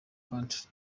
country